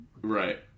Right